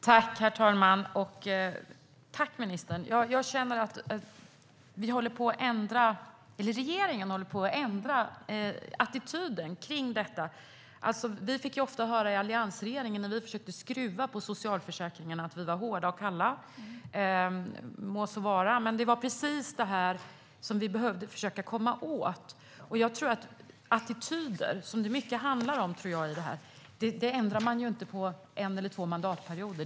Herr talman! Tack, ministern! Jag känner att regeringen håller på att ändra attityden till detta. Vi fick ofta höra när alliansregeringen försökte skruva på socialförsäkringarna att vi var hårda och kalla. Må så vara, men det var precis det här som vi behövde försöka komma åt. Attityder, som det mycket handlar om i detta, ändrar man inte på en eller två mandatperioder.